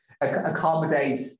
accommodate